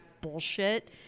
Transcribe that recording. bullshit